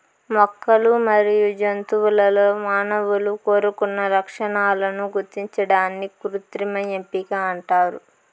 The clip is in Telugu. మొక్కలు మరియు జంతువులలో మానవులు కోరుకున్న లక్షణాలను గుర్తించడాన్ని కృత్రిమ ఎంపిక అంటారు